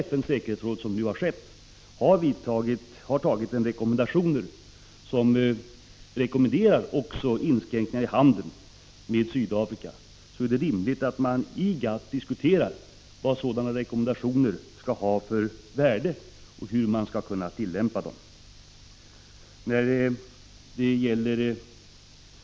När FN:s säkerhetsråd, som nu har skett, har antagit rekommendationer som gäller även inskränkningar i handeln med Sydafrika, är det rimligt att man i GATT diskuterar vilket värde 25 sådana rekommendationer har och hur man skall tillämpa dem.